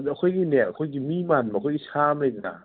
ꯑꯗꯣ ꯑꯩꯈꯣꯏꯒꯤꯅꯦ ꯑꯩꯈꯣꯏꯒꯤ ꯃꯤ ꯃꯥꯟꯕ ꯁꯥ ꯑꯃ ꯂꯩꯗꯅ